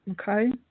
Okay